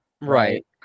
Right